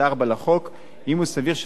אם הוא סובר שטובת הקטין דורשת זאת,